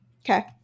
Okay